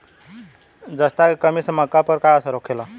जस्ता के कमी से मक्का पर का असर होखेला?